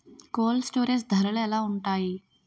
Cold storage ధరలు ఎలా ఉంటాయి?